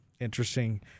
Interesting